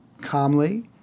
calmly